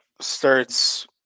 starts